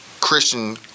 Christian